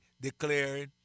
declaring